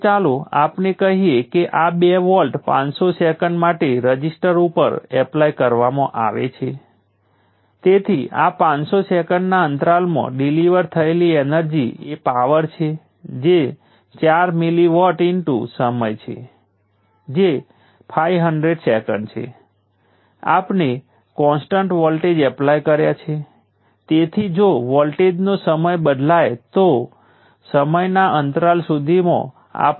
તેથી સારાંશ એ છે કે વોલ્ટેજ સોર્સ કાં તો પાવરને શોષી શકે છે અથવા ડીલીવર કરી શકે છે અને જો તે ચોથા ક્વોડ્રન્ટ અથવા બીજા ક્વોડ્રન્ટમાં કાર્ય કરી રહ્યું હોય તો તે પાવર ડીલીવર કરશે જો તે ત્રીજા ક્વોડ્રન્ટમાં કાર્ય કરે છે તો તે પાવર શોષક હશે